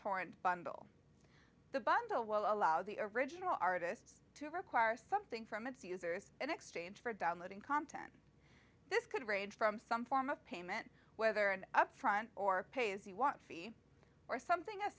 torrent bundle the bundle will allow the original artists to require something from its users in exchange for downloading content this could range from some form of payment whether an upfront or pay as you want fee or something as